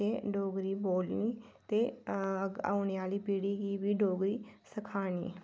एह् डोगरी बोलनी ते एह् औने आह्ली पीढ़ी गी बी डोगरी सखानी